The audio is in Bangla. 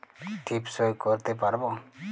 টিপ সই করতে পারবো?